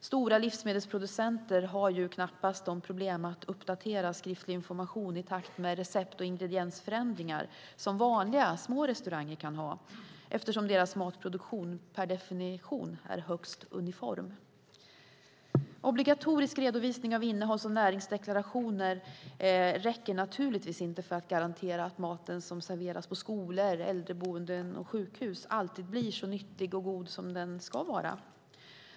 Stora livsmedelsproducenter har knappast de problem att uppdatera skriftlig information i takt med recept och ingrediensförändringar som vanliga små restauranger kan ha, eftersom deras matproduktion per definition är högst uniform. Obligatorisk redovisning av innehålls och näringsdeklarationer räcker naturligtvis inte för att garantera att maten som serveras på skolor, äldreboenden och sjukhus alltid blir så nyttig och god som den ska vara.